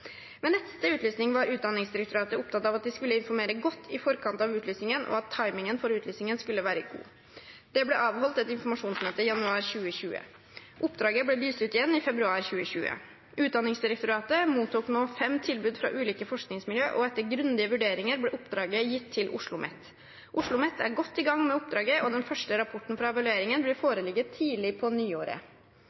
Ved neste utlysning var Utdanningsdirektoratet opptatt av at de skulle informere godt i forkant av utlysningen og at timingen for utlysningen skulle være god. Det ble avholdt et informasjonsmøte i januar 2020. Oppdraget ble utlyst igjen i februar 2020. Utdanningsdirektoratet mottok nå fem tilbud fra ulike forskningsmiljø og etter grundige vurderinger ble oppdraget tildelt til OsloMet. OsloMet er godt i gang med oppdraget og den første rapporten fra evalueringen vil foreligge tidlig på nyåret.»